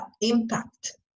impact